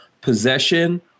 possession